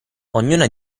ognuna